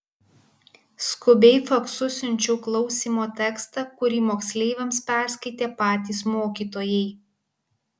skubiai faksu siunčiau klausymo tekstą kurį moksleiviams perskaitė patys mokytojai